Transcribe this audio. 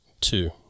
Two